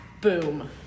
boom